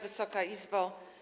Wysoka Izbo!